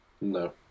No